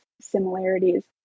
similarities